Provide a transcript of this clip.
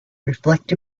reflect